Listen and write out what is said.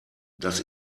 das